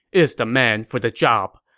is the man for the job.